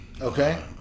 Okay